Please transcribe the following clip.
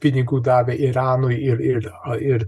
pinigų davę iranui ir ir a ir